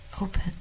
open